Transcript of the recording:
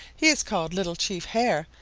he is called little chief hare,